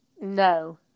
No